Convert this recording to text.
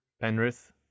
Penrith